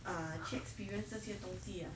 err 去 experience 这些东西呀